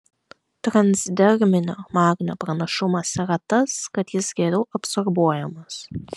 transderminio magnio pranašumas yra tas kad jis geriau absorbuojamas